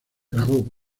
grabó